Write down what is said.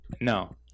no